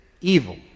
evil